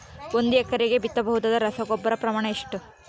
ಒಂದು ಎಕರೆಗೆ ಬಿತ್ತಬಹುದಾದ ರಸಗೊಬ್ಬರದ ಪ್ರಮಾಣ ಎಷ್ಟು?